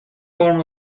form